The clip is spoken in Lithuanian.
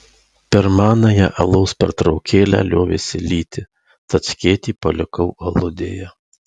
per manąją alaus pertraukėlę liovėsi lyti tad skėtį palikau aludėje